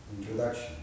Introduction